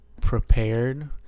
prepared